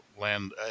land